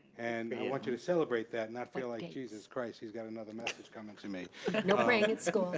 and i want you to celebrate that and not feel like, jesus christ, he's got another message coming to me. no praying in school, but